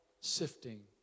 sifting